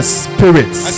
spirits